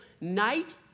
Night